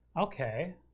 Okay